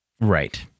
Right